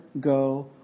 go